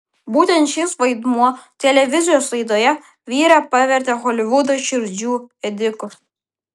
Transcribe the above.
būtent šis vaidmuo televizijos laidoje vyrą pavertė holivudo širdžių ėdiku